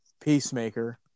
Peacemaker